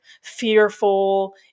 fearful